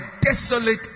desolate